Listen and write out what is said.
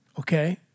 Okay